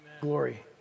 glory